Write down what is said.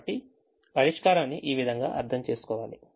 కాబట్టి పరిష్కారాన్ని ఈ విధంగా అర్థం చేసుకోవాలి